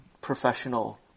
professional